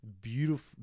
beautiful